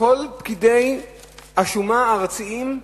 כל פקידי השומה הארציים,